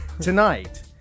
Tonight